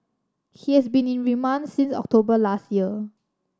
he has been in remand since October last year